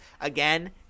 again